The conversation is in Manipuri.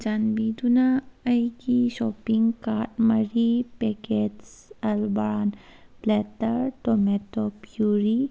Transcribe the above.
ꯆꯥꯟꯕꯤꯗꯨꯅ ꯑꯩꯒꯤ ꯁꯣꯞꯄꯤꯡ ꯀꯥꯔꯠ ꯃꯔꯤ ꯄꯦꯛꯀꯦꯠꯁ ꯑꯜꯕꯥꯟ ꯄ꯭ꯂꯦꯇꯔ ꯇꯣꯃꯦꯇꯣ ꯀ꯭ꯌꯨꯔꯤ